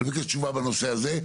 אני מבקש תשובה בנושא הזה.